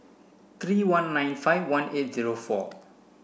three one nine five one eight zero four